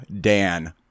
Dan